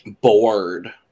bored